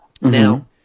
Now